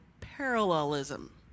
parallelism